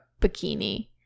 bikini